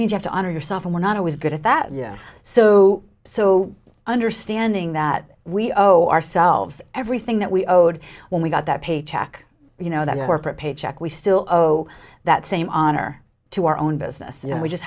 just to honor yourself and we're not always good at that yes so so understanding that we owe ourselves everything that we owed when we got that paycheck you know that corporate paycheck we still owe that same honor to our own business and we just